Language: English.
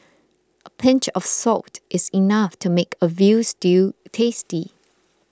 a pinch of salt is enough to make a Veal Stew tasty